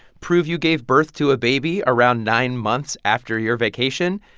prove you gave birth to a baby around nine months after your vacation,